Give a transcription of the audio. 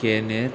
Kenneth